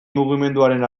mugimenduaren